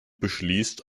beschließt